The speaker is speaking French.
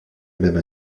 même